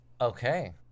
Okay